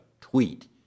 tweet